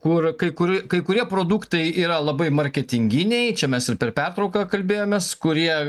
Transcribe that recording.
kur kai kuri kai kurie produktai yra labai marketinginiai čia mes ir per pertrauką kalbėjomės kurie